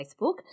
Facebook